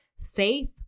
faith